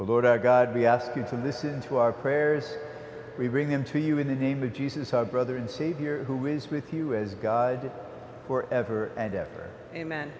the lord our god we ask you to listen to our prayers we bring them to you in the name of jesus our brother and savior who is with you as god for ever and ever amen